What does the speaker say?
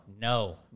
no